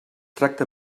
tracta